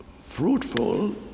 fruitful